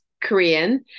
korean